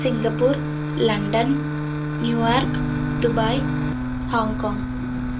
Singapore London New York Dubai Hong Kong